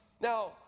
Now